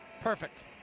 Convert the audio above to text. perfect